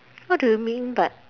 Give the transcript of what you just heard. what do you mean but